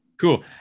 Cool